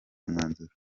umwanzuro